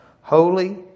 Holy